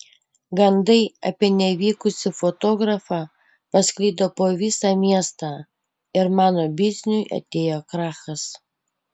gandai apie nevykusį fotografą pasklido po visą miestą ir mano bizniui atėjo krachas